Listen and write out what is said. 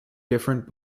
different